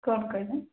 କ'ଣ କହିଲେ